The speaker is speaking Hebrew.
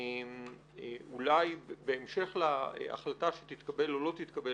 אולי בהמשך להחלטה שתתקבל או לא תתקבל